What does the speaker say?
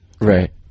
Right